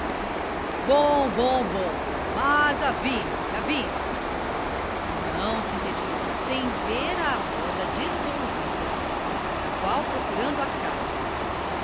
bom mas aviem se aviem se e não se retirou sem ver a roda dissolvida e cada qual procurando a casa